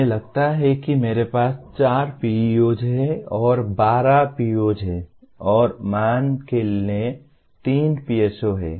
हमें लगता है कि मेरे पास चार पीईओ हैं और 12 पीओ हैं और मान लें कि तीन पीएसओ हैं